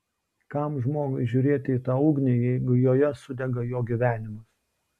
kam žmogui žiūrėti į tą ugnį jeigu joje sudega jo gyvenimas